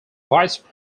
vice